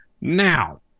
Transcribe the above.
Now